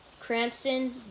Cranston